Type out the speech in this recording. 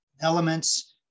elements